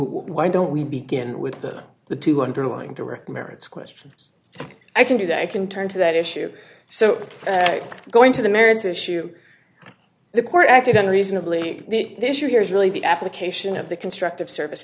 why don't we begin with that the two hundred line direct merits questions i can do that i can turn to that issue so i'm going to the merits issue the court acted unreasonably the issue here is really the application of the constructive service